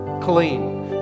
clean